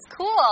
cool